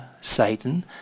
Satan